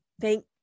thank